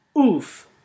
Oof